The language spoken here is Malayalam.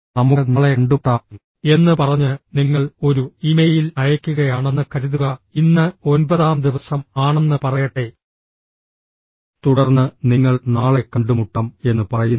നമുക്ക് നാളെ കണ്ടുമുട്ടാം എന്ന് പറഞ്ഞ് നിങ്ങൾ ഒരു ഇമെയിൽ അയയ്ക്കുകയാണെന്ന് കരുതുക ഇന്ന് ഒൻപതാം ദിവസം ആണെന്ന് പറയട്ടെ തുടർന്ന് നിങ്ങൾ നാളെ കണ്ടുമുട്ടാം എന്ന് പറയുന്നു